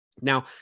Now